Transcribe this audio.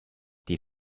die